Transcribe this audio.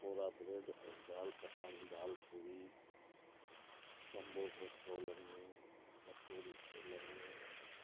pakora bread ऐं दाल पकवान दाल पूड़ी संबोसो छोलनि में कचौड़ी छोलनि में